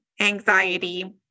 anxiety